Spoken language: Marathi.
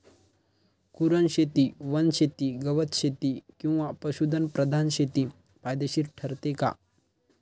कुरणशेती, वनशेती, गवतशेती किंवा पशुधन प्रधान शेती फायदेशीर ठरते का?